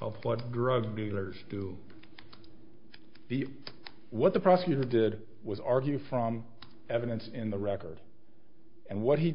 of what drug dealers do the what the prosecutor did was argue from evidence in the record and what he